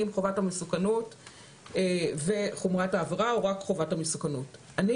האם חובת המסוכנות וחומרת העבירה או רק חובת המסוכנות.